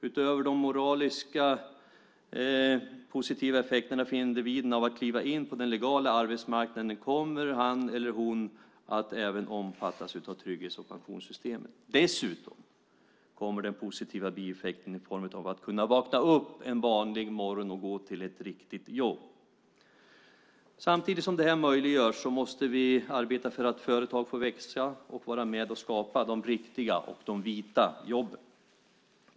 Utöver de moraliskt positiva effekterna för individen att kliva in på den legala arbetsmarknaden kommer han eller hon att även omfattas av trygghets och pensionssystemen. Dessutom tillkommer den positiva bieffekten av att vakna upp en vanlig morgon och kunna gå till ett riktigt jobb. Samtidigt som det möjliggörs måste vi arbeta för att företag får växa och vara med och skapa de riktiga och vita jobben.